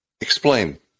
Explain